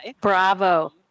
Bravo